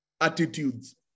attitudes